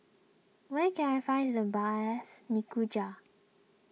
where can I find the best